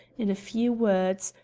in a few words,